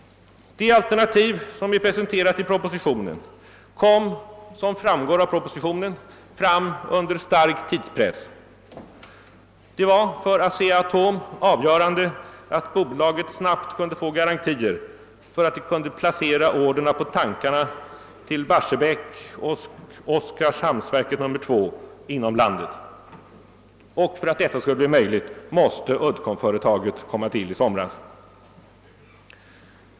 Det alternativ jag presenterat i propositionen kom, som framgår av propositionen, fram under stark tidspress. Det var för Asea-Atom avgörande att bolaget snabbt kunde få garantier för att det kunde placera orderna på tankarna till Barsebäck och Oskarshamnsverket II inom landet och för att det skulle bli möjligt måste Uddcombföretaget komma till i somras.